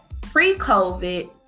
pre-COVID